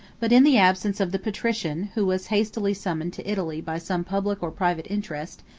but in the absence of the patrician, who was hastily summoned to italy by some public or private interest,